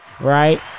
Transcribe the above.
right